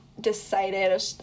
decided